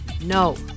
no